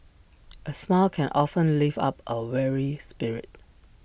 A smile can often lift up A weary spirit